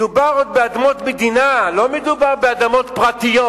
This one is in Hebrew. כשמדובר באדמות מדינה, לא מדובר באדמות פרטיות.